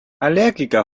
allergiker